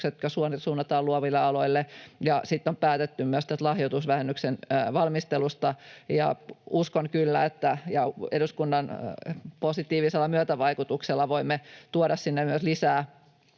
jotka suunnataan luoville aloille, ja sitten on päätetty myös tästä lahjoitusvähennyksen valmistelusta. Ja uskon kyllä, että — eduskunnan positiivisella myötävaikutuksella — voimme tuoda sinne myös lisää